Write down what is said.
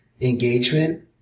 engagement